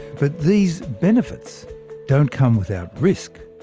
but these benefits don't come without risk.